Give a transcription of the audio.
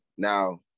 Now